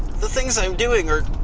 the things that i'm doing are